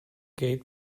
gate